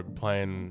playing